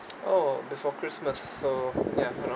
oh before christmas so ya around